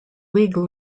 league